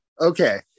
Okay